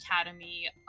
academy